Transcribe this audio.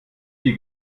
die